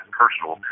personal